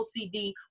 OCD